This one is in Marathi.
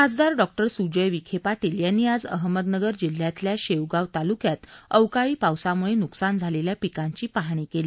खासदार डॉ स्जय विखे पाटील यांनी आज अहमदनगर जिल्ह्यातल्या शेवगाव तालुक्यात अवकाळी पावसामुळे नुकसान झालेल्या पिकांची पाहणी केली